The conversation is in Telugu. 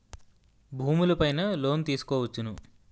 భూములు పైన లోన్ తీసుకోవచ్చును